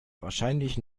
wahrscheinlich